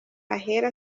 ahera